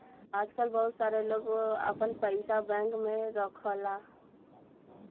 आजकल बहुत सारे लोग आपन पइसा बैंक में रखला